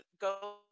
go